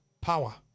power